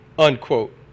unquote